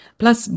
plus